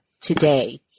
today